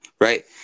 right